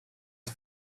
the